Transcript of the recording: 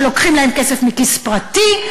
שלוקחים להם כסף מכיס פרטי,